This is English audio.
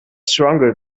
stronger